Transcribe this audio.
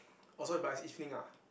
oh so is by evening ah